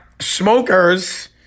Smokers